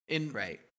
Right